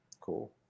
Cool